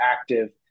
active